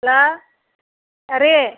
hello யார்